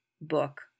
book